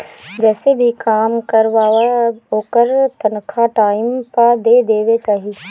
जेसे भी काम करवावअ ओकर तनखा टाइम पअ दे देवे के चाही